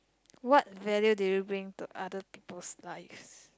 what value do you bring to other peoples lives